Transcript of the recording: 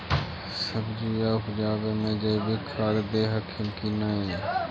सब्जिया उपजाबे मे जैवीक खाद दे हखिन की नैय?